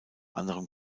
anderem